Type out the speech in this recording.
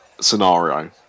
scenario